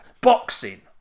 Boxing